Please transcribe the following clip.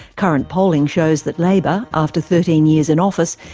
current polling shows that labour, after thirteen years in office,